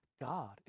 God